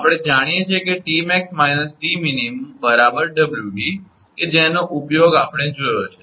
આપણે જાણીએ છીએ કે 𝑇𝑚𝑎𝑥 − 𝑇𝑚𝑖𝑛 𝑊𝑑 કે જેનો ઉપયોગ આપણે જોયો છે